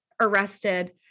arrested